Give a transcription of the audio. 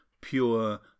pure